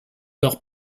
leur